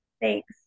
Thanks